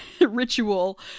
ritual